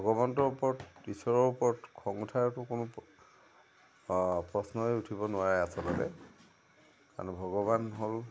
ভগৱন্তৰ ওপৰত ঈশ্বৰৰ ওপৰত খং উঠাৰতো কোনো প্ৰশ্নই উঠিব নোৱাৰে আচলতে কাৰণ ভগৱান হ'ল